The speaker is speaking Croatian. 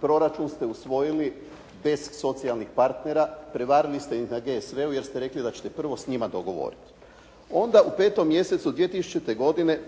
proračun ste usvojili bez socijalnih partnera, prevarili ste ih na GSV-u jer ste rekli da ćete prvo s njima dogovoriti. Onda u 5. mjesecu 2000. godine